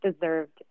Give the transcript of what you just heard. deserved